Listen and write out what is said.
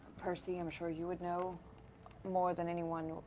percy, i'm sure you would know more than anyone.